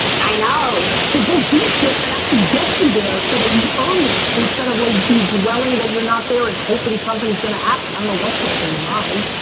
i know. so go do shit that actually gets you there so that you earn it instead of like you dwelling that you're not there and hoping that's something's gonna happen. i don't know what's going through your mind.